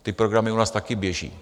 Ty programy u nás taky běží.